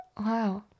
Wow